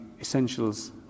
Essentials